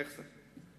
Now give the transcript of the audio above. איך זה?